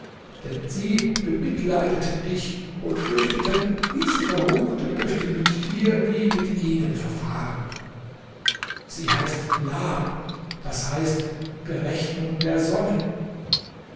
denn sie bemitleideten dich und fürchteten diese verruchte möchte mit dir wie mit ihnen verfahren sie heißt lab das heißt berechnung der sonne